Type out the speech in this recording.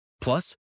Plus